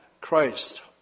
Christ